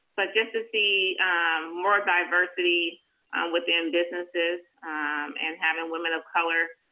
but just to see more diversity within businesses and having women of color